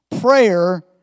prayer